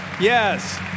Yes